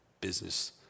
business